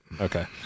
Okay